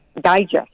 digest